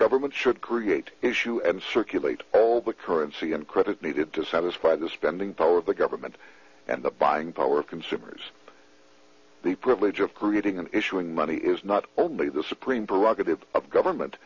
government should create issue and circulate all the currency and critics needed to satisfy the spending power of the government and the buying power of consumers the privilege of creating them issuing money is not only the supreme prerogative of government